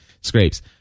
scrapes